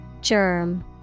Germ